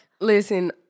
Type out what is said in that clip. Listen